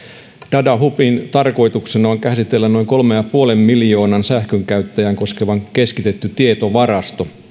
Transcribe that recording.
datahubin tarkoituksena on olla noin kolmea pilkku viittä miljoonaa sähkönkäyttäjää koskeva keskitetty tietovarasto